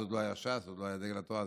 אז עוד לא הייתה ש"ס ועוד לא הייתה דגל התורה.